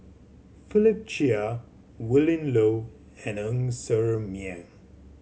Philip Chia Willin Low and Ng Ser Miang